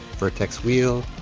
vertex wheel,